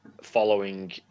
following